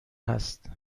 هست